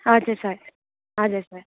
हजुर सर हजुर सर